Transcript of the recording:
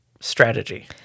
strategy